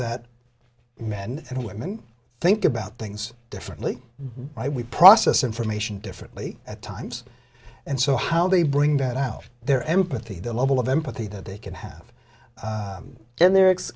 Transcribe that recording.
that men and women think about things differently we process information differently at times and so how they bring that out there empathy the level of empathy that they can have in their ex